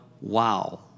wow